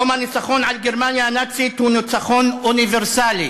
יום הניצחון על גרמניה הנאצית הוא ניצחון אוניברסלי